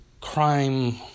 crime